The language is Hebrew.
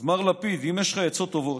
אז מר לפיד, אם יש לך עצות טובות,